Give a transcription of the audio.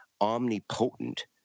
omnipotent